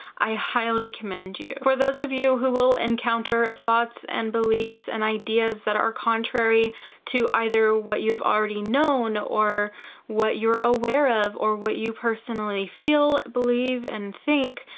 i highly commend you. for those of you who will encounter thoughts and beliefs and ideas that are contrary to either what you've already known or what you're aware of or what you personally feel, believe, and think,